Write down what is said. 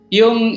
yung